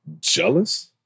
jealous